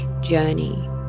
journey